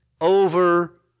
over